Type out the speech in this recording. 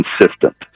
consistent